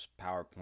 PowerPoint